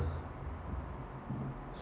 ~s